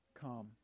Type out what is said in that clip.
Come